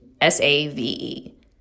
S-A-V-E